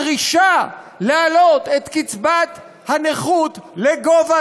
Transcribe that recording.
הדרישה להעלות את קצבת הנכות לגובה